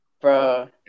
bro